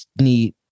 need